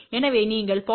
எனவே நீங்கள் 0